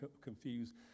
confused